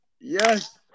Yes